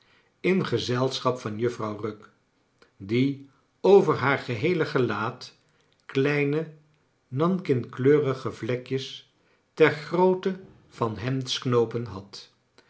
in gezelschap van juffrouw rugg die over haar geheele gelaat kleine nankingkleurige vlekjes ter grootte van hemdsknoopen had